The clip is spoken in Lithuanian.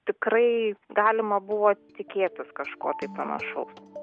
tikrai galima buvo tikėtis kažko tai panašaus